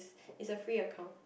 is a free account